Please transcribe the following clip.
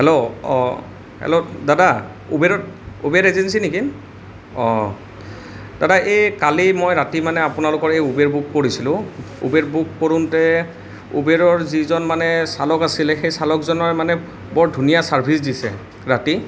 hello অঁ hello দাদা উবেৰৰ উবেৰ এজেন্সী নেকি অঁ দাদা এই কালি মই ৰাতি মানে আপোনালোকৰ এই উবেৰ বুক কৰিছিলোঁ উবেৰ বুক কৰোঁতে উবেৰৰ যিজন মানে চালক আছিলে সেই চালকজনে মানে বৰ ধুনীয়া চাৰ্ভিচ দিছে ৰাতি